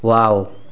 wow